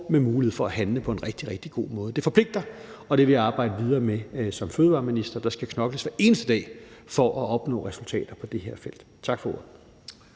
med mulighed for at handle på en rigtig, rigtig god måde. Det forpligter, og det vil jeg arbejde videre med som fødevareminister. Der skal knokles hver eneste dag for at opnå resultater på det her felt. Tak for ordet.